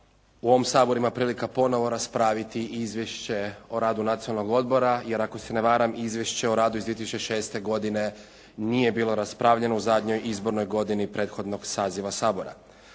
u ovom Saboru ima prilika ponovo raspraviti izvješće o radu Nacionalnog odbora jer ako se ne varam, izvješće o radu iz 2006. godine nije bilo raspravljeno u zadnjoj izbornoj godini prethodnog saziva Sabora.